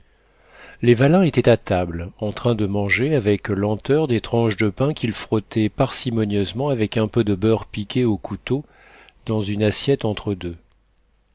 les vallin étaient à table en train de manger avec lenteur des tranches de pain qu'ils frottaient parcimonieusement avec un peu de beurre piqué au couteau dans une assiette entre eux deux